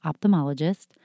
ophthalmologist